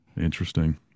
Interesting